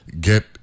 get